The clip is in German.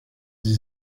sie